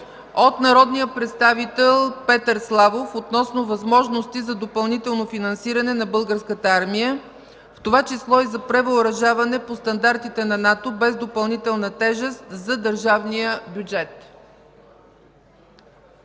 от народния представител Петър Славов относно възможности за допълнително финансиране на Българската армия, в това число и за превъоръжаване по стандартите на НАТО, без допълнителна тежест за държавния бюджет.